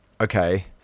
okay